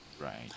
Right